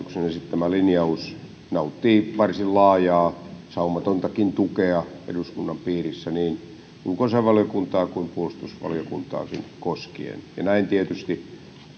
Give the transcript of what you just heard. esittämä linjaus nauttii varsin laajaa saumatontakin tukea eduskunnan piirissä niin ulkoasiainvaliokuntaa kuin puolustusvaliokuntaakin koskien ja näin tietysti